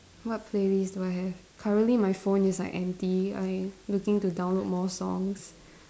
what playlist do I have currently my phone is like empty I looking to download more songs